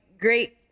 great